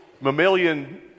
mammalian